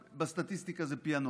בסטטיסטיקה גם זה פיענוח,